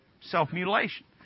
Self-mutilation